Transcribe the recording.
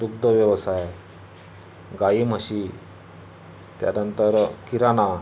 दुग्धव्यवसाय गाई म्हशी त्यानंतर किराणा